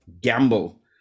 Gamble